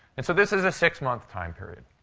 and so this is a six-month time period.